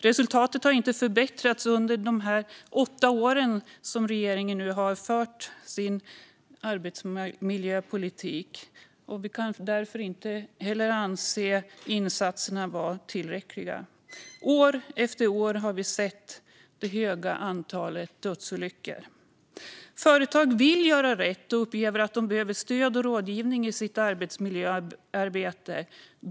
Resultaten har inte förbättrats under dessa åtta år som regeringen har fört sin arbetsmiljöpolitik, och därför anser vi inte att insatserna har varit tillräckliga. År efter år har vi sett det stora antalet dödsolyckor. Företag vill göra rätt och upplever att de behöver stöd och rådgivning i sitt arbetsmiljöarbete.